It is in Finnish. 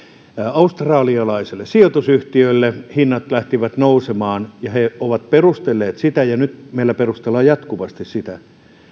australialaiselle sijoitusyhtiölle hinnat lähtivät nousemaan ja he ovat perustelleet ja nyt meillä perustellaan jatkuvasti sitä niin